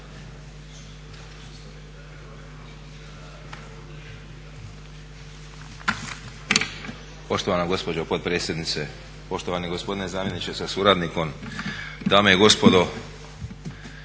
Poštovana gospođo potpredsjednice, poštovani gospodine zamjeniče sa suradnikom, dame i gospodo.